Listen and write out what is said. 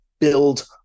build